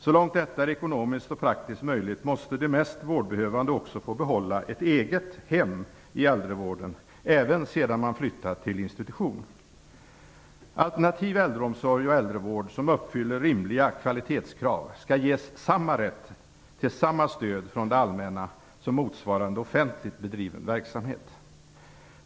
Så långt detta är ekonomiskt och praktiskt möjligt måste de mest vårdbehövande också få behålla ett eget hem i äldrevården - även sedan man flyttat till institution. Alternativ äldreomsorg och äldrevård som uppfyller rimliga kvalitetskrav skall ges samma rätt till samma stöd från det allmänna som motsvarande offentligt bedriven verksamhet.